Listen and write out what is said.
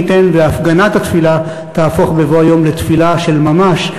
מי ייתן והפגנת התפילה תהפוך בבוא היום לתפילה של ממש,